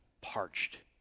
parched